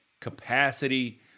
capacity